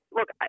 look –